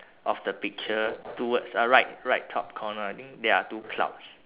of the picture towards uh right right top corner I think there are two clouds